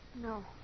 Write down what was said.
No